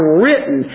written